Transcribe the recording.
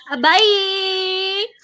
Bye